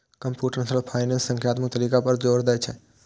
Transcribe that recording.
computational finance संख्यात्मक तरीका पर जोर दै छै